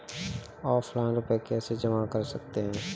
Offline रुपये कैसे जमा कर सकते हैं?